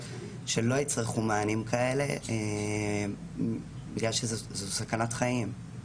שלא יצרכו מענים כאלה בגלל שזו סכנת חיים.